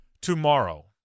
Tomorrow